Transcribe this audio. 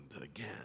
again